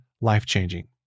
life-changing